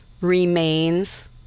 remains